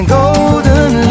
golden